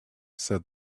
said